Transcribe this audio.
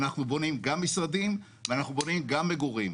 אנחנו בונים גם משרדים וגם מגורים,